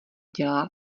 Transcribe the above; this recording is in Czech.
dělá